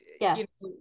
Yes